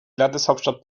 landeshauptstadt